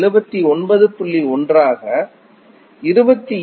1 ஆக 28